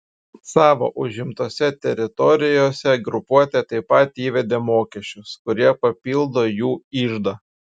savo užimtose teritorijose grupuotė taip pat įvedė mokesčius kurie papildo jų iždą